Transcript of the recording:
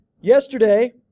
yesterday